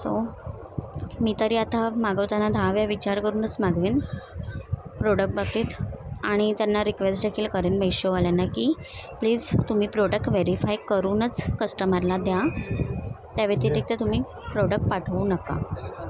so मी तरी आता मागवताना दहा विचार करूनच मागवीन प्रोडक्टबाबतीत आणि त्यांना रिक्वेस्ट देखील करेन मेशोवाल्यांना की प्लीज तुम्ही प्रोडक्ट व्हेरीफाय करूनच कस्टमरला द्या त्याव्यतिरिक्त तुम्ही प्रोडक्ट पाठवू नका